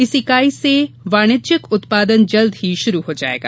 इस इकाई से वाणिज्यिक उत्पादन जल्द ही शुरू हो जायेगा